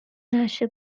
نشئه